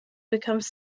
becomes